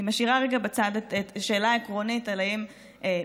ואני משאירה רגע בצד את השאלה העקרונית אם בכלל